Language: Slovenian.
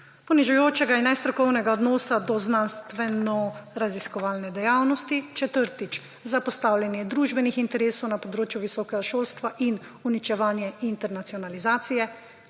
ponižujočega in nestrokovnega odnosa do znanstvenoraziskovalne dejavnosti. Četrtič, zapostavljanje družbenih interesov na področju visokega šolstva in uničevanje internacionalizacije.